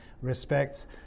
respects